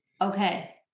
Okay